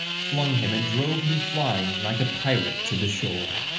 flung him, and drove him flying like a pirate to the shore.